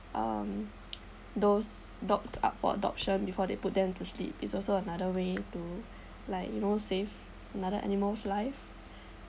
um those dogs up for adoption before they put them to sleep it's also another way to like you know save another animal's life